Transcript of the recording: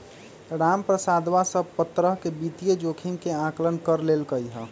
रामप्रसादवा सब प्तरह के वित्तीय जोखिम के आंकलन कर लेल कई है